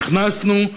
נכנסנו,